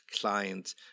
client